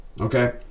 okay